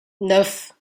neuf